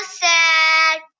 sad